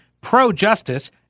pro-justice